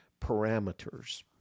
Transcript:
parameters